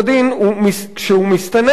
שהוא מסתנן,